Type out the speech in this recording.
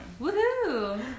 Woohoo